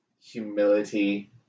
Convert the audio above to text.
humility